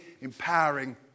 empowering